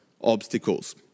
obstacles